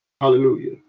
Hallelujah